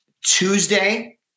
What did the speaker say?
Tuesday